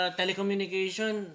telecommunication